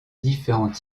différents